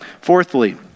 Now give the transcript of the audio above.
Fourthly